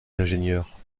l’ingénieur